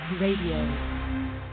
Radio